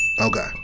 Okay